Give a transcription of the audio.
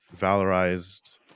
valorized